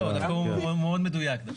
לא, דווקא הוא מאוד מדויק.